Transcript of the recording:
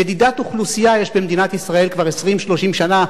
נדידת אוכלוסייה יש במדינת ישראל כבר 30-20 שנה,